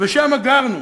ושם גרנו,